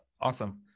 awesome